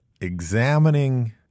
examining